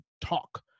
talk